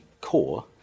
core